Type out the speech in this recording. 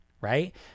right